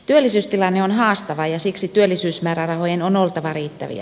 työllisyystilanne on haastava ja siksi työllisyysmäärärahojen on oltava riittäviä